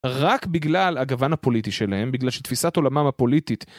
רק בגלל הגוון הפוליטי שלהם, בגלל שתפיסת עולמם הפוליטית...